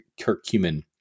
curcumin